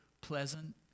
pleasant